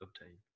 obtain